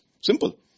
Simple